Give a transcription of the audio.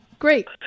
great